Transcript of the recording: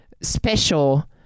special